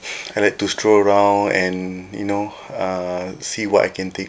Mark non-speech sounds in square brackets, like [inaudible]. [noise] I like to stroll around and you know uh see what I can take